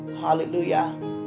Hallelujah